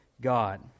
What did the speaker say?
God